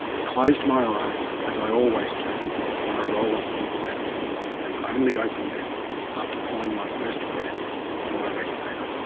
ah closed my eyes as i always do when i roll off the inflatable and only opened them after pulling my first breath from my regulator.